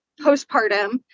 postpartum